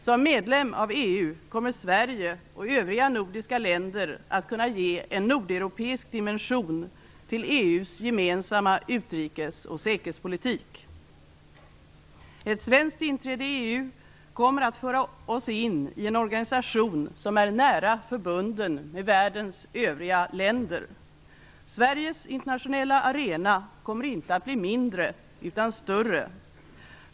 Som medlem av EU kommer Sverige och övriga nordiska länder att kunna ge en nordeuropeisk dimension till EU:s gemensamma utrikes och säkerhetspolitik. Ett svenskt inträde i EU kommer att föra oss in i en organisation som är nära förbunden med världens övriga länder. Sveriges internationella arena kommer inte att bli mindre, utan större.